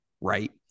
Right